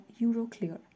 Euroclear